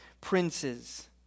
princes